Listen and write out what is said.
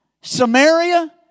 Samaria